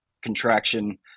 contraction